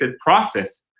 process